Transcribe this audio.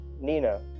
Nina